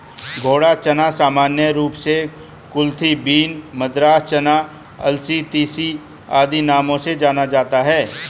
घोड़ा चना सामान्य रूप से कुलथी बीन, मद्रास चना, अलसी, तीसी आदि नामों से जाना जाता है